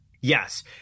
Yes